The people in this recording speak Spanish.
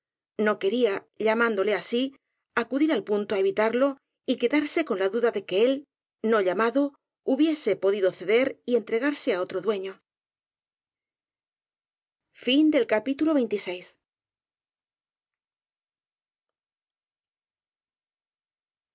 no quería llamándole á sí acudir al punto á evitarlo y quedarse con la duda de que él no llamado hubiese podido ceder y en tregarse á otro dueño